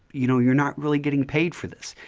you know you're not really getting paid for this.